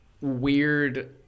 weird